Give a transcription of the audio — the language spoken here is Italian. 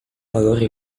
valore